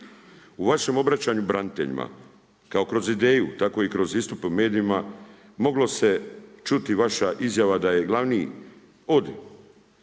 U vašem obraćanju braniteljima kao kroz ideju tako i kroz istupe u medijima mogla se čuti vaša izjava da je glavni od